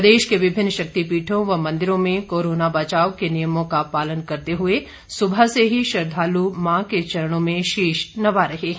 प्रदेश को विभिन्न शक्तिपीठों व मंदिरों में कोरोना बचाव के नियमों का पालन करते हए सुबह से ही श्रद्धालू मां के चरणों में शीश नवा रहे हैं